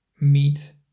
meet